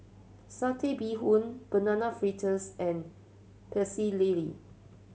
Satay Bee Hoon Banana Fritters and Pecel Lele